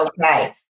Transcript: okay